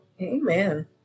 Amen